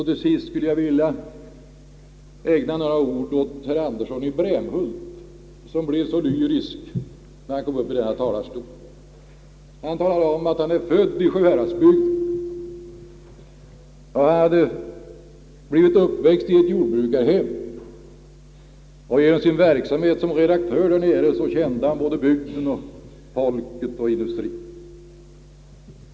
Till sist skulle jag vilja ägna några ord åt herr Andersson i Brämhult, som blev så lyrisk här i talarstolen och berättade att han är född i Sjuhäradsbygden, att han växt upp i ett jordbrukarhem och genom sitt arbete som redaktör där nere lärt känna bygden, folket och industrien.